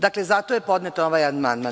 Dakle, zato je podnet ovaj amandman.